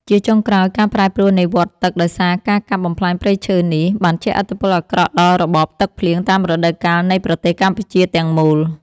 ជាចុងក្រោយ ការប្រែប្រួលនៃវដ្តទឹកដោយសារការកាប់បំផ្លាញព្រៃឈើនេះ បានជះឥទ្ធិពលអាក្រក់ដល់របបទឹកភ្លៀងតាមរដូវកាលនៃប្រទេសកម្ពុជាទាំងមូល។